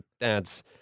dad's